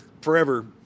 forever